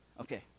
Okay